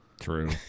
true